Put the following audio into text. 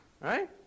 Right